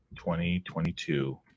2022